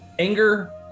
Anger